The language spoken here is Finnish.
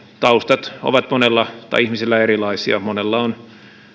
taustat ovat ihmisillä erilaisia monella on